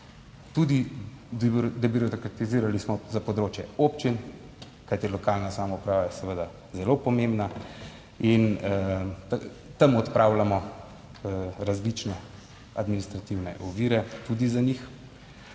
Tudi debirokratizirali smo za področje občin, kajti lokalna samouprava je seveda zelo pomembna in tam odpravljamo različne administrativne ovire tudi za njih